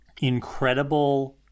incredible